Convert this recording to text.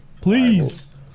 please